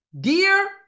Dear